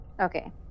Okay